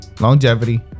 longevity